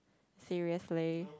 seriously